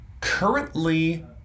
Currently